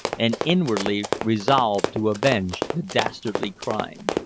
and inwardly resolved to avenge the dastardly crime.